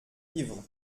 ivre